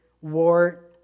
war